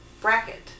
bracket